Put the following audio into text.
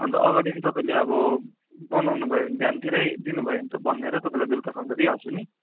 अन्त अगाडि नै तपाईँले अब बनाउनु भयो भने बिहानतिरै दिनु भयो भने त बनिएर तपाईँलाई बेलुकासम्म त दिइहाल्छु नि